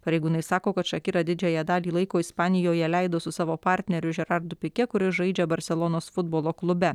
pareigūnai sako kad šakira didžiąją dalį laiko ispanijoje leido su savo partneriu žerardu pike kuris žaidžia barselonos futbolo klube